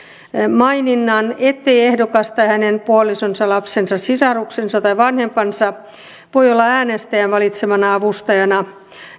maininnan ettei ehdokas tai hänen puolisonsa lapsensa sisaruksensa tai vanhempansa voi olla äänestäjän valitsemana avustajana